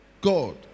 God